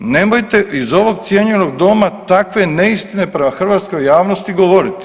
Nemojte iz ovog cijenjenog Doma takve neistine prema hrvatskoj javnosti govoriti.